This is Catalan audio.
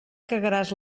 cagaràs